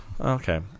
Okay